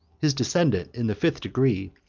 his descendant in the fifth degree,